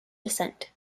descent